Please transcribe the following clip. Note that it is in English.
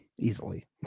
easily